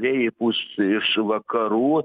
vėjai pūs iš vakarų